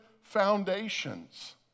foundations